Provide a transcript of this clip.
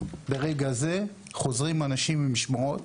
ברגע זה חוזרים אנשים ממשמרות.